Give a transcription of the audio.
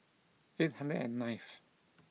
eight hundred and nineth